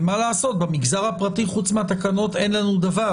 ומה לעשות, במגזר הפרטי חוץ מהתקנות אין לנו דבר